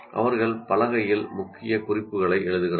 அவர்கள் பலகையில் முக்கிய குறிப்புகளை எழுதுகிறார்கள்